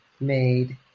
made